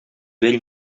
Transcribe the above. vell